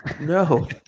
No